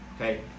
okay